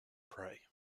prey